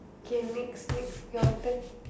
okay next next your turn